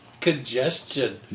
congestion